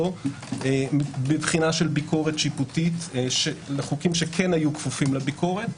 מבחינת ביקורת שיפוטית לגופים שכן היו כפופים לביקורת.